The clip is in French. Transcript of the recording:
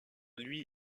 lui